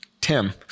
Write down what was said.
Tim